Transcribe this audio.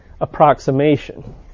approximation